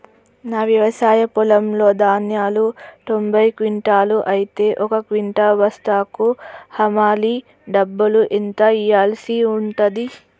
నా వ్యవసాయ పొలంలో ధాన్యాలు తొంభై క్వింటాలు అయితే ఒక క్వింటా బస్తాకు హమాలీ డబ్బులు ఎంత ఇయ్యాల్సి ఉంటది?